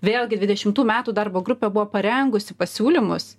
vėlgi dvidešimtų metų darbo grupė buvo parengusi pasiūlymus